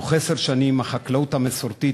בתוך עשר שנים החקלאות המסורתית,